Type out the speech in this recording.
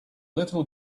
little